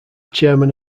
chairman